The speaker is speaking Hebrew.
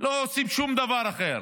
לא עושים שום דבר אחר.